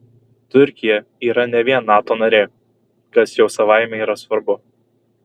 turkija yra ne vien nato narė kas jau savaime yra svarbu